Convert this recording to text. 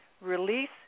Release